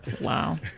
Wow